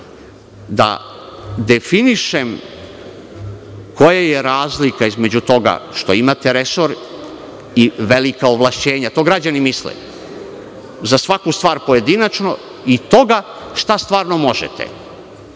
da definišem koja je razlika između toga što imate resor i velika ovlašćenja. To građani misle, za svaku stvar pojedinačno i toga šta stvarno možete.